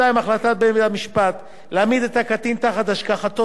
2. החלטת בית-המשפט להעמיד את הקטין תחת השגחתו